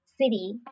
city